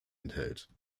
enthält